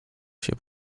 się